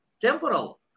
Temporal